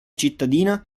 cittadina